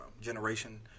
generation